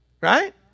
right